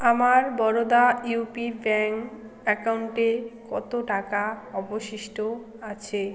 আমার Baroda UP bank অ্যাকাউন্টে কতো টাকা অবশিষ্ট আছে